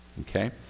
Okay